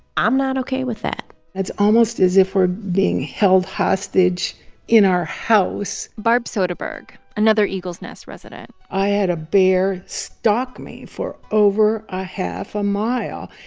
i'm not ok with that it's almost as if we're being held hostage in our house barb soderberg another eagle's nest resident i had a bear stalk me for over a half a mile,